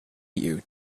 you